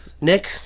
Nick